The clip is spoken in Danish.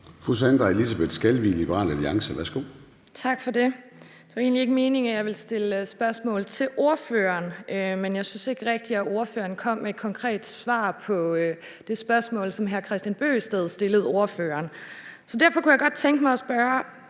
Sandra Elisabeth Skalvig (LA): Tak for det. Det var egentlig ikke meningen, at jeg ville stille spørgsmål til ordføreren, men jeg synes ikke rigtig, at ordføreren kom med et konkret svar på det spørgsmål, som hr. Kristian Bøgsted stillede ordføreren. Så derfor kunne jeg godt tænke mig at spørge